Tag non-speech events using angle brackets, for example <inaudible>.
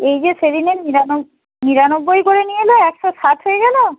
এই যে সেদিনের <unintelligible> নিরানব্বই করে নিয়ে এল একশো সাত হয়ে গেলো